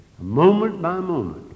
Moment-by-moment